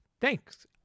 thanks